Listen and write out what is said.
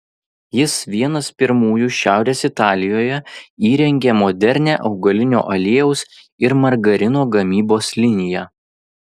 jis vienas pirmųjų šiaurės italijoje įrengė modernią augalinio aliejaus ir margarino gamybos liniją